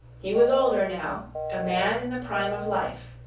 he was older now a man in the prime of life.